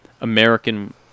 American